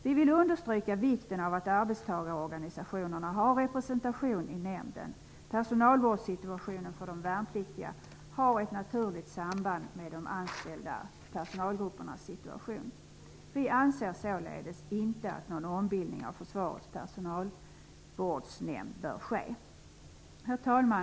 Vi vill understryka vikten av att arbetstagarorganisationerna har representation i nämnden. Personalvårdssituationen för de värnpliktiga har ett naturligt samband med de anställda personalgruppernas situation. Vi anser således inte att någon ombildning av Försvarets personalvårdsnämnd bör ske. Herr talman!